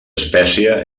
espècie